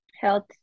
health